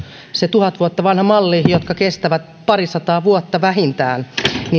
se tuhat vuotta vanha malli eli painovoimaisella ilmastoinnilla toimiva hirsirakennus jollaiset kestävät parisataa vuotta vähintään